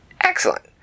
Excellent